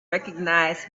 recognize